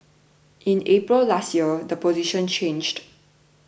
in April last year the position changed